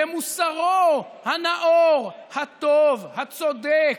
במוסרו הנאור, הטוב, הצודק.